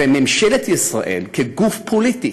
וממשלת ישראל, כגוף פוליטי,